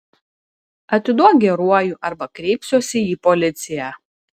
atiduok geruoju arba kreipsiuosi į policiją